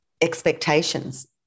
expectations